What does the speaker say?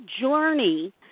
journey